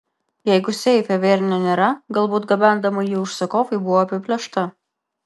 jeigu seife vėrinio nėra galbūt gabendama jį užsakovui buvo apiplėšta